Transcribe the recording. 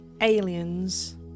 aliens